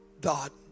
dot